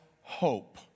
hope